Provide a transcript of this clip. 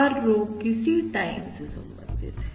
हर रो किसी टाइम से संबंधित है